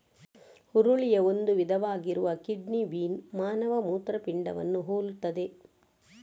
ಹುರುಳಿಯ ಒಂದು ವಿಧವಾಗಿರುವ kidney bean ಮಾನವ ಮೂತ್ರಪಿಂಡವನ್ನು ಹೋಲುತ್ತದೆ